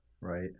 Right